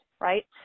right